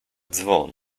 dzwon